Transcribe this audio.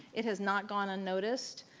it has not gone unnoticed.